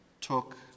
took